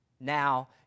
Now